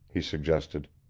he suggested.